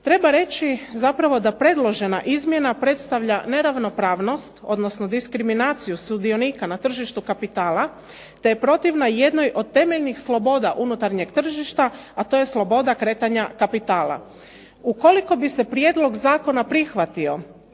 Treba reći zapravo da predložena izmjena predstavlja neravnopravnost, odnosno diskriminaciju sudionika na tržištu kapitala, te je protivna jednoj od temeljnih sloboda unutarnjeg tržišta, a to je sloboda kretanja kapitala. Ukoliko bi se prijedlog zakona prihvatio,